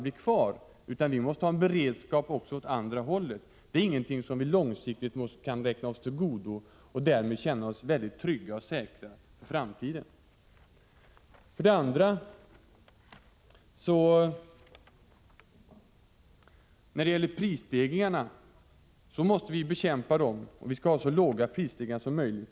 Vi måste också ha en beredskap åt andra hållet. Detta är ingenting som vi långsiktigt kan räkna oss till godo och därmed känna oss trygga och säkra för framtiden. För det andra att prisstegringarna måste bekämpas. Vi skall ha så låga prisstegringar som möjligt.